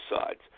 sides